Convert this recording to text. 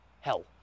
hell